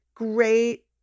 Great